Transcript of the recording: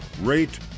rate